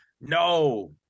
No